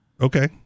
Okay